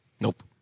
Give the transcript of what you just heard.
Nope